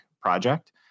project